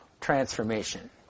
transformation